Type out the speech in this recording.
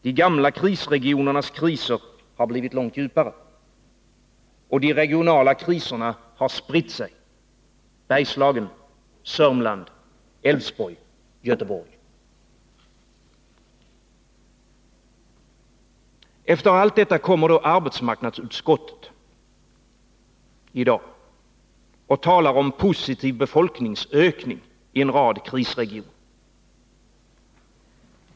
De gamla krisregionernas kriser har blivt långt djupare. Och de regionala kriserna har spritt sig: Bergslagen, Sörmland, Älvsborg, Göteborg. Efter allt detta kommer arbetsmarknadsutskottet i dag och talar om positiv befolkningsökning i en rad krisregioner.